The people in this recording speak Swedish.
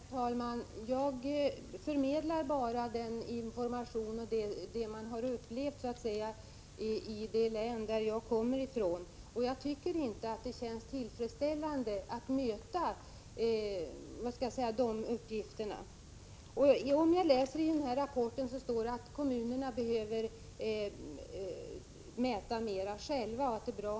Herr talman! Jag förmedlar bara informationen och upplevelserna i det län som jag kommer från, och det känns inte tillfredsställande att möta de uppgifterna. I rapporten från SSI står det att det är bra om kommunerna mäter mera själva.